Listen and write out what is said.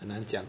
很难讲